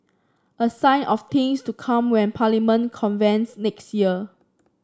a sign of things to come when Parliament convenes next year